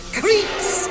creeps